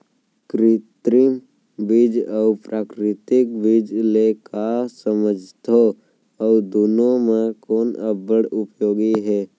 कृत्रिम बीज अऊ प्राकृतिक बीज ले का समझथो अऊ दुनो म कोन अब्बड़ उपयोगी हे?